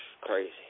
Crazy